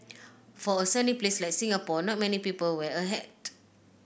for a sunny place like Singapore not many people wear a hat